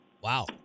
Wow